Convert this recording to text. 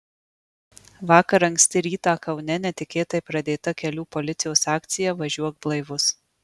vakar anksti rytą kaune netikėtai pradėta kelių policijos akcija važiuok blaivus